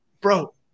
Bro